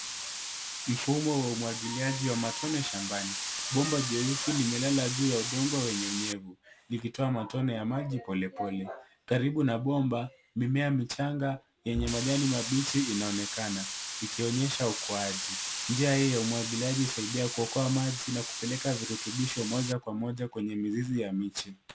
Mfumo wa umwagiliaji wa matone shambani. Bomba jeusi limelala juu ya udongo wenye unyevu likitoa matone ya maji polepole. Karibu na bomba mimea michanga yenye majani mabichi inaonekana ikionyesha ukuwaji. Maji hii ya umwagiliaji husaidia kuokoa maji na kupeleka virutubisho moja kwa moja kwenye mzizi ya miche.